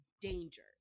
danger